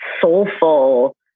soulful